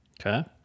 Okay